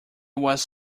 was